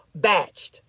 batched